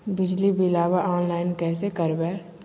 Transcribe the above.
बिजली बिलाबा ऑनलाइन कैसे करबै?